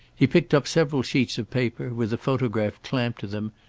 he picked up several sheets of paper, with a photograph clamped to them,